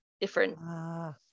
different